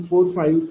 452972120